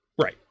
Right